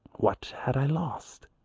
what had i lost?